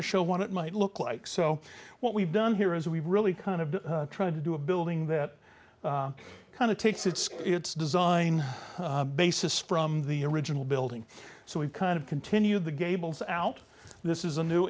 to show what it might look like so what we've done here is we really kind of try to do a building that kind of takes its its design basis from the original building so we've kind of continued the gables out this is a new